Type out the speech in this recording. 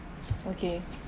okay